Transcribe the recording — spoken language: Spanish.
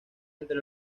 entre